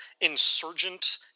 insurgent